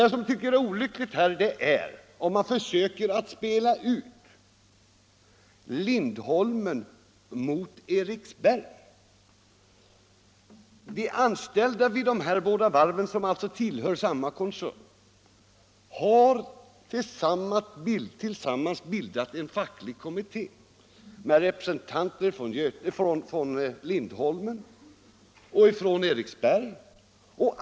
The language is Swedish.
Det vore olyckligt om man försökte spela ut Lindholmen mot Eriksberg. De anställda vid dessa båda varv, som alltså tillhör samma koncern, har tillsammans bildat en facklig kommitté med representanter för Lindholmen och Eriksberg.